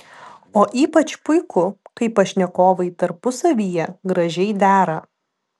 o ypač puiku kai pašnekovai tarpusavyje gražiai dera